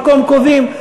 במקום קובעים,